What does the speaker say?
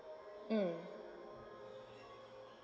um